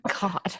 God